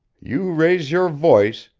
you raise your voice,